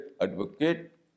advocate